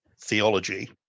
theology